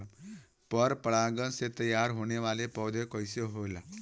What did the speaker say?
पर परागण से तेयार होने वले पौधे कइसे होएल?